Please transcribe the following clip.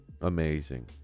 Amazing